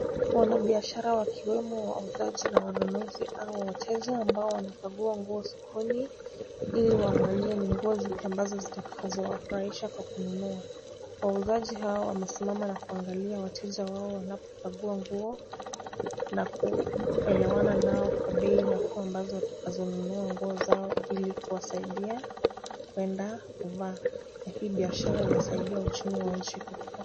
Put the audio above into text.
Wanabiashara wakiwemo wauzaji na wanunuzi au wateja ambao wanakagua nguo sokoni, ili waangalie ni nguo zipi ambazo zitakazowafurahisha kwa kununua. Wauzaji hawa wamesimama na kuangalia wateja wao wanapokagua nguo na kuelewana nao kwa bei nafuu ambazo watakazonunua nguo zao ili kuwasaidia kwenda kuvaa. Hii biashara inasaidia uchumi wa nchi kukua.